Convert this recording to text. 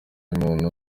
muntu